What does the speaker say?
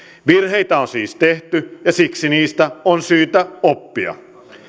virheitä on siis tehty ja siksi niistä on syytä oppia